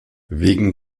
wegen